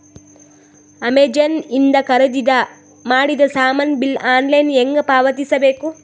Amazon ಇಂದ ಖರೀದಿದ ಮಾಡಿದ ಸಾಮಾನ ಬಿಲ್ ಆನ್ಲೈನ್ ಹೆಂಗ್ ಪಾವತಿಸ ಬೇಕು?